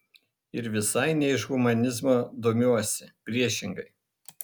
ir visai ne iš humanizmo domiuosi priešingai